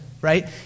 right